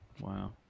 Wow